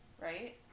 Right